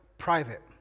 private